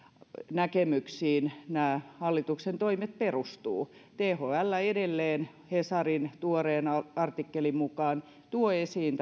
näkemyksiin nämä hallituksen toimet perustuvat thl edelleen hesarin tuoreen artikkelin mukaan tuo esiin